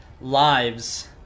lives